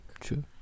true